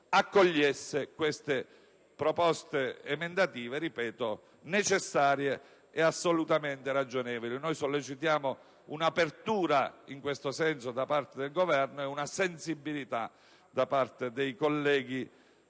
accogliesse oggi queste proposte emendative necessarie ed assolutamente ragionevoli. Sollecitiamo un'apertura in questo senso da parte del Governo e speriamo vi sia sensibilità da parte dei colleghi